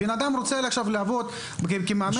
על בן אדם שרוצה לעבוד כמאמן,